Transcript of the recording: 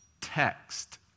text